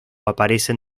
aparecen